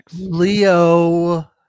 Leo